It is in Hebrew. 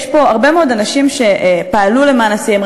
יש פה הרבה מאוד אנשים שפעלו למען הצעירים.